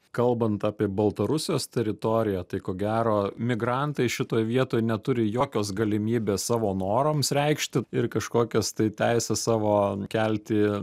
kalbant apie baltarusijos teritoriją tai ko gero migrantai šitoj vietoj neturi jokios galimybės savo norams reikšti ir kažkokias tai teises savo kelti